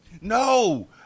No